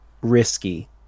risky